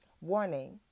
Warning